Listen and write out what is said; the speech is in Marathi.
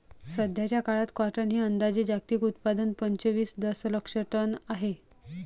सध्याचा काळात कॉटन हे अंदाजे जागतिक उत्पादन पंचवीस दशलक्ष टन आहे